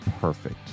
perfect